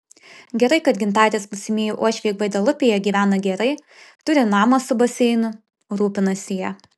gerai kad gintarės būsimieji uošviai gvadelupėje gyvena gerai turi namą su baseinu rūpinasi ja